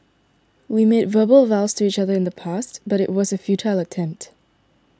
we made verbal vows to each other in the past but it was a futile attempt